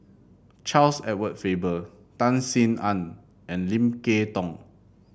Charles Edward Faber Tan Sin Aun and Lim Kay Tong